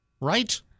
Right